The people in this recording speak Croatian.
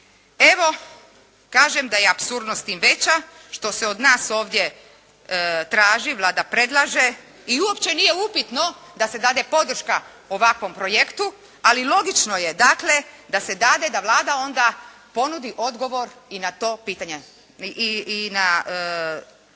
Evo kažem da je apsurdnost tim veća što se od nas ovdje traži, Vlada predlaže i uopće nije upitno da se dade podrška ovakvom projektu, ali logično je dakle da se dade da Vlada onda ponudi odgovor i na to pitanje,